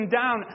down